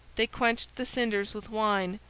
they quenched the cinders with wine,